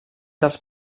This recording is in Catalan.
dels